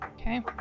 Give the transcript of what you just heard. Okay